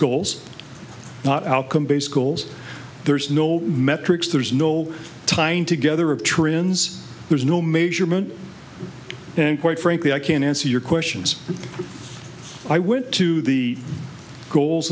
goals not outcome based goals there's no metrics there's no tying together of trims there's no measurement and quite frankly i can answer your questions i would to the goals